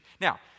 Now